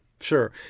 Sure